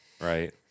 right